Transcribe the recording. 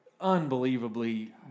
unbelievably